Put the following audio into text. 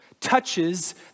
touches